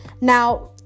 Now